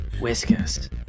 Whiskers